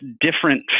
different